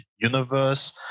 universe